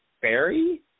fairy